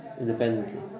independently